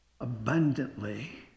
abundantly